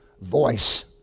voice